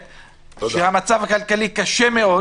המצב הכלכלי קשה מאוד.